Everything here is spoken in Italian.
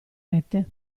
rete